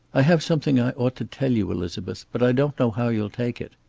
i have something i ought to tell you, elizabeth. but i don't know how you'll take it.